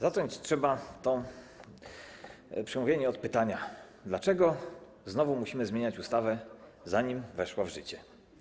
Zacząć trzeba to przemówienie od pytania: Dlaczego znowu musimy zmieniać ustawę, zanim weszła w życie?